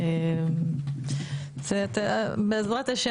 בעזרת ה',